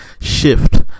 shift